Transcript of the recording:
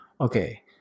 okay